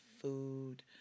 food